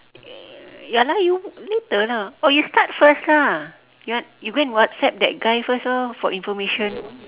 uh ya lah you later lah or you start first lah you want you go and whatsapp that guy first orh for information